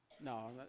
No